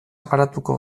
aparatuko